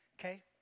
okay